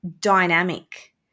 dynamic